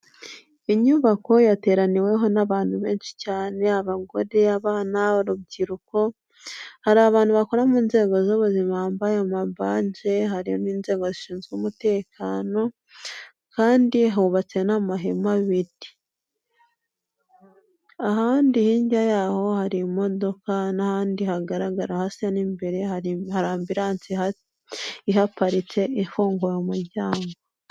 Inyubako yateraniweho n'abantu benshi cyane, abagore, abana, urubyiruko, hari abantu bakora mu nzego z'ubuzima, bambaye amabaji, hari n'inzego zishinzwe umutekano, kandi hubatse n'amahema abiri, ahandi hirya yaho hari imodoka, n'ahandi hagaragara hasa n'imbere ari ambiranse ihaparitse ifunguye umuryango.